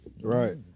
Right